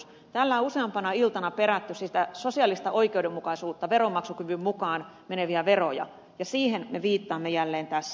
täällä on useampana iltana perätty sitä sosiaalista oikeudenmukaisuutta veronmaksukyvyn mukaan meneviä veroja ja siihen me viittaamme jälleen tässä